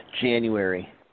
January